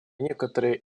некоторые